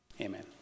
Amen